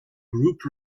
group